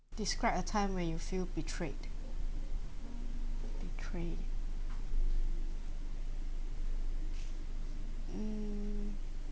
describe a time when you feel betrayed betrayed mm